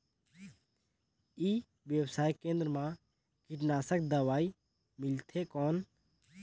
ई व्यवसाय केंद्र मा कीटनाशक दवाई मिलथे कौन?